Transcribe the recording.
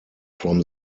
from